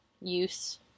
use